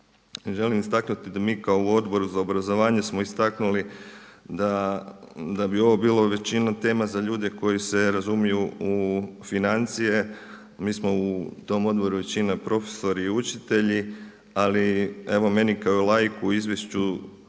Želim istaknuti da mi kao u Odboru za obrazovanje smo istaknuli da bi ovo bilo većinom tema za ljude koji se razumiju u financije, mi smo u tom odboru većina profesori i učitelji ali evo meni kao laiku u izvješću